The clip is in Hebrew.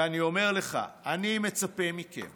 ואני אומר לך: אני מצפה מכם